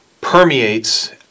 permeates